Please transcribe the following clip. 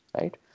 Right